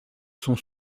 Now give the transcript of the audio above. sont